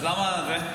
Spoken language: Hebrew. אז למה הוא בא?